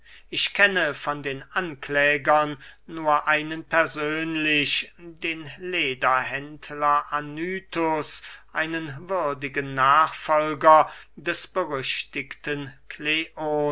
ich kenne von den anklägern nur einen persönlich den lederhändler anytus einen würdigen nachfolger des berüchtigten kleons